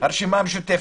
הרשימה המשותפת,